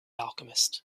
alchemist